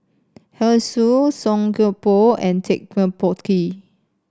Hoey Choo Song Koon Poh and Ted De Ponti